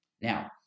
Now